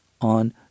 on